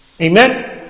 Amen